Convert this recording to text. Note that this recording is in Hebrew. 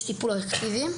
יש טיפול אקטיבי,